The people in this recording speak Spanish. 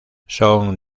son